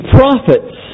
prophets